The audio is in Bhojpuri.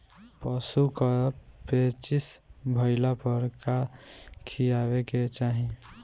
पशु क पेचिश भईला पर का खियावे के चाहीं?